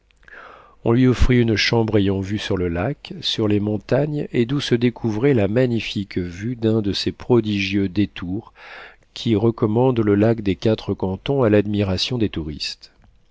on lui offrit une chambre ayant vue sur le lac sur les montagnes et d'où se découvrait la magnifique vue d'un de ces prodigieux détours qui recommandent le lac des quatre cantons à l'admiration des touristes